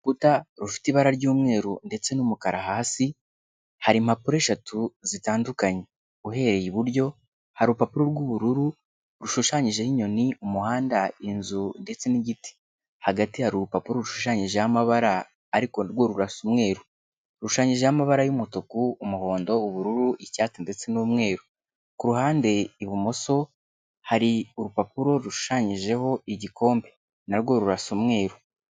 Urukuta rufite ibara ry’umweru ndetse n’umukara hasi, hari impapuro eshatu zitandukanye. Uhereye iburyo, hari urupapuro rw’ubururu rushushanyijeho inyoni, umuhanda, inzu ndetse n’igiti. Hagati hari urupapuro rushushanyijeho amabara, ariko rwo rurasa n’umweru rushushanyijeho amabara y’umutuku, umuhondo, ubururu, icyatsi ndetse n’umweru. Ku ruhande ibumoso, hari urupapuro rushushanyijeho igikombe, narwo rurasa n’umweru.